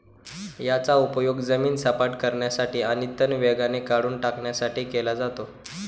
याचा उपयोग जमीन सपाट करण्यासाठी आणि तण वेगाने काढून टाकण्यासाठी केला जातो